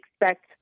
expect